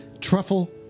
truffle